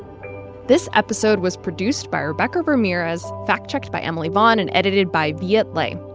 this episode was produced by rebecca ramirez, fact-checked by emily vaughn and edited by viet le.